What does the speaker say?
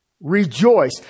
Rejoice